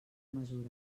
mesures